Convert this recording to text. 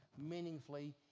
meaningfully